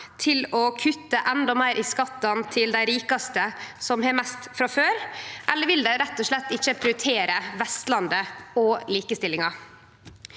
til å kutte endå meir i skattane til dei rikaste, som har mest frå før, eller vil dei rett og slett ikkje prioritere Vestlandet og likestillinga?